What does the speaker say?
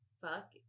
Fuck